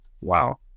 Wow